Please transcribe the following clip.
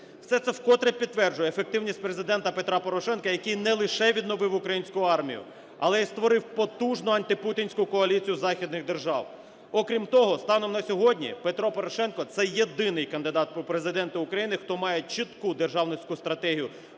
Все це вкотре підтверджує ефективність Президента Петра Порошенка, який не лише відновив українську армію, але й створив потужну антипутінську коаліцію західних держав. Окрім того, станом на сьогодні Петро Порошенко – це єдиний кандидат у Президенти України, хто має чітку державницьку стратегію